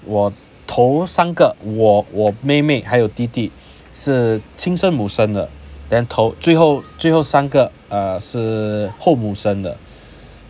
我头三个我我妹妹还有弟弟是亲生母生的 then 头最后最后三个 uh 是后母生的